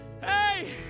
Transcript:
Hey